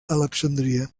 alexandria